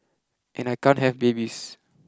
and I can't have babies